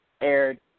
aired